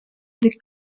the